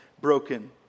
broken